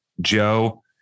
Joe